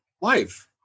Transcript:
life